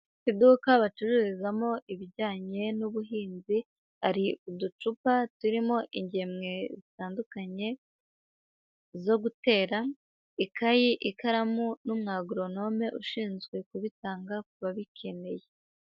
Iduka bacururizamo ibijyanye n'ubuhinzi, hari uducupa turimo ingemwe zitandukanye zo gutera, ikayi, ikaramu, n'umu agoronome ushinzwe kubitanga ku babikeneye.